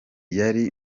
yari